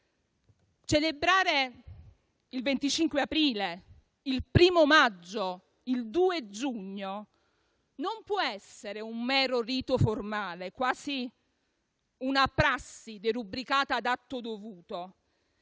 Celebrare il 25 aprile, il 1° maggio o il 2 giugno non può essere un mero rito formale, quasi una prassi derubricata ad atto dovuto.